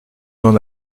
n’en